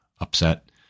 upset